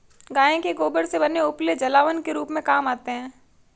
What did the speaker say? गाय के गोबर से बने उपले जलावन के रूप में काम आते हैं